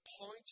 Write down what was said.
point